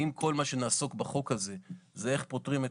אם כל מה שנעסוק בו בחוק הזה הוא איך פותרים את